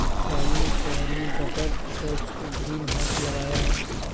राजू ने शहर में गटर अटैच्ड ग्रीन हाउस लगाया है